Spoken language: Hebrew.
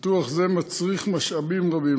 פיתוח זה מצריך משאבים רבים.